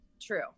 true